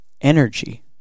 energy